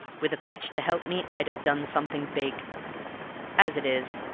with a pitch to help me, i'd have done something big as it is,